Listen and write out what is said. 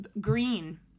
Green